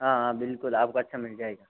हाँ हाँ बिल्कुल आपको अच्छा मिल जायेगा